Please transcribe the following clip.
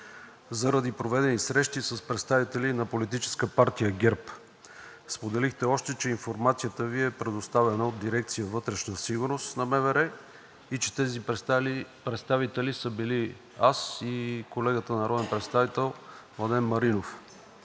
заради проведени срещи с представители на Политическа партия ГЕРБ. Споделихте още, че информацията Ви е предоставена от дирекция „Вътрешна сигурност“ на МВР и че тези представители сме били аз и колегата народен представител Младен Маринов.